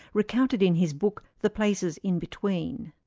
recounted in his book the places in between.